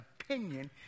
opinion